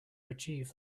achieve